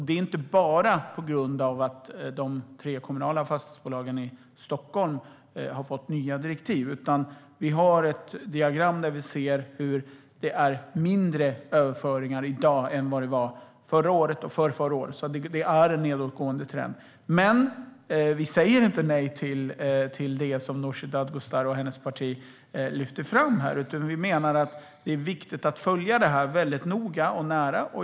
Det är inte bara på grund av att de tre kommunala fastighetsbolagen i Stockholm har fått nya direktiv, utan vi har ett diagram där vi kan se hur det är färre överföringar i dag än vad det var förra året och förrförra året. Det är alltså en nedåtgående trend. Vi säger inte nej till det som Nooshi Dadgostar och hennes parti lyfter fram. Vi menar att det är viktigt att följa detta noga och nära.